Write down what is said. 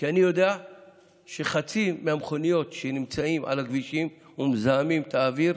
כי אני יודע שחצי מהמכוניות שנמצאות על הכבישים ומזהמות את האוויר,